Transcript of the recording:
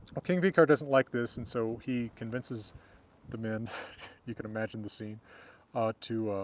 well king vikarr doesn't like this, and so he convinces the men you can imagine the scene to,